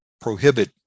prohibit